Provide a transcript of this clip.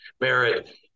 merit